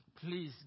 please